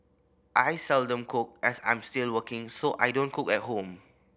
I seldom cook as I'm still working so I don't cook at home